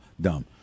dumb